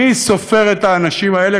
מי סופר את האנשים האלה,